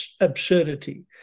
absurdity